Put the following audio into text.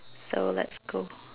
so let's go